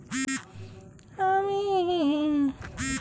আমি সর্বোচ্চ কতো টাকা পাঠাতে পারি অন্য ব্যাংক র গ্রাহক কে?